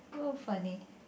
oh funny